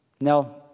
Now